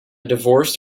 divorced